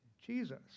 Jesus